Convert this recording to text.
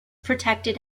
protected